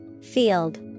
Field